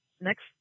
next